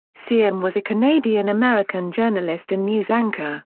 cm was a canadian american journalist and news anchor.